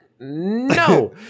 no